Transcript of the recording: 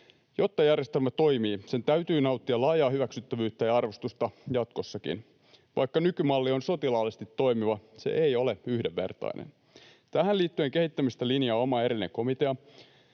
Jotta järjestelmä toimii, sen täytyy nauttia laajaa hyväksyttävyyttä ja arvostusta jatkossakin. Vaikka nykymalli on sotilaallisesti toimiva, se ei ole yhdenvertainen. Tähän liittyen kehittämistä linjaa oma erillinen komitea,